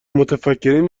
متفکرین